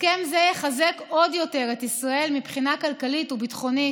הסכם זה יחזק עוד יותר את ישראל מבחינה כלכלית וביטחונית.